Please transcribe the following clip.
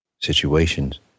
Situations